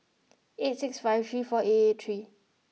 eight six five three four eight eight three